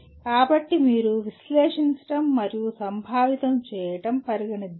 కాబట్టి మీరు విశ్లేషించడం మరియు సంభావితం చేయడం పరిగణిద్దాము